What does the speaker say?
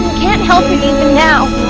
can't help it even now!